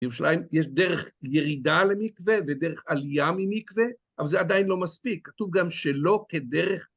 ירושלים, יש דרך ירידה למקווה ודרך עלייה ממקווה, אבל זה עדיין לא מספיק, כתוב גם שלא כדרך.